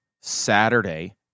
Saturday